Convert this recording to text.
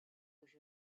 which